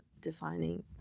defining